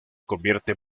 convierte